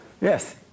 Yes